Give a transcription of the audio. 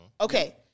Okay